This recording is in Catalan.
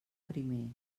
primer